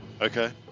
Okay